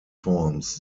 forms